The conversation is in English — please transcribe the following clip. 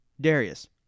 Darius